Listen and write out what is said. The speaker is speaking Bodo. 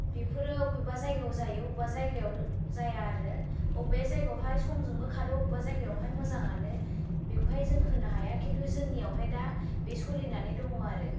बेफोरो अबेबा जायगायाव जायो अबेबा जायगायाव जाया आरो अबेबा जायगायावहाय समजोंबो खारो अबेबा जायगायावहाय मोजाङानो बेखौहाय जों होननो हाया खिन्थु जोंनियावहाय दा बे सलिनानै दङ आरो